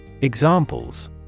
Examples